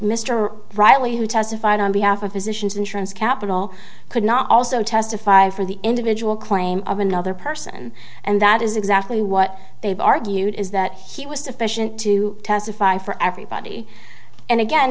mr riley who testified on behalf of positions insurance capital could not also testify for the individual claims of another person and that is exactly what they've argued is that he was sufficient to testify for everybody and again